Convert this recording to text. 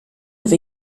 have